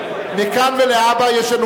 מכאן ולהבא יש לנו,